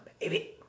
baby